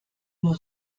nur